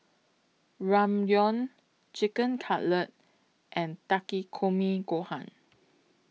Ramyeon Chicken Cutlet and Takikomi Gohan